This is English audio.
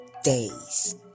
Days